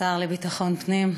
השר לביטחון פנים,